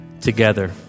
together